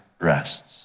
rests